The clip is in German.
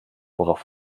worauf